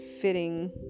fitting